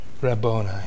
Rabboni